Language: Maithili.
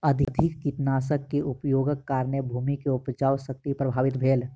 अधिक कीटनाशक के उपयोगक कारणेँ भूमि के उपजाऊ शक्ति प्रभावित भेल